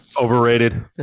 Overrated